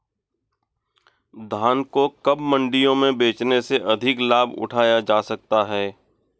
धान को कब मंडियों में बेचने से अधिक लाभ उठाया जा सकता है?